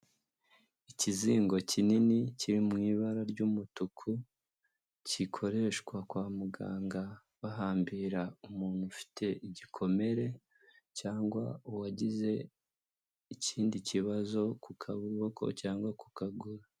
Ikizingo kinini kiri mu ibara ry'umutuku, gikoreshwa kwa muganga bahambira umuntu ufite igikomere cyangwa uwagize ikindi kibazo ku kaboko cyangwa ku kaguru.